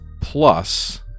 plus